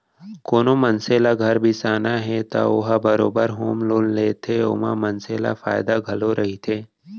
कोनो मनसे ल घर बिसाना हे त ओ ह बरोबर होम लोन लेथे ओमा मनसे ल फायदा घलौ रहिथे